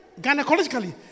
gynecologically